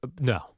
No